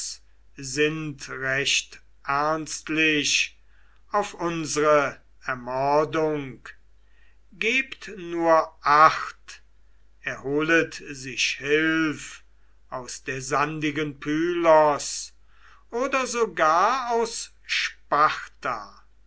sinnt recht ernstlich auf unsre ermordung gebt nur acht er holet sich hilf aus der sandigen pylos oder sogar aus sparta